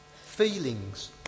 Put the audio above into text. Feelings